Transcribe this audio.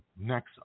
next